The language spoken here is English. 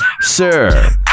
sir